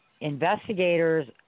investigators